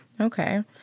Okay